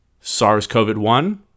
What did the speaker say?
SARS-CoV-1